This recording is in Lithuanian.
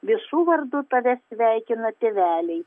visų vardu tave sveikina tėveliai